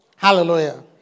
Hallelujah